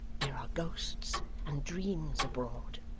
there are ghosts and dreams abroad